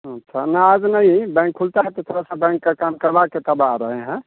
अच्छा ना आज नहीं बैंक खुलता है तो थोड़ा सा बैंक का काम करवा के तब आ रहे हैं